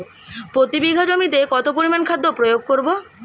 প্রতি বিঘা জমিতে কত পরিমান খাদ্য প্রয়োগ করব?